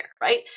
right